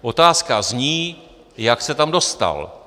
Otázka zní, jak se tam dostal.